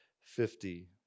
fifty